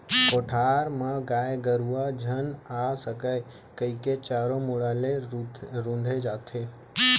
कोठार म गाय गरूवा झन आ सकय कइके चारों मुड़ा ले रूंथे जाथे